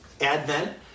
Advent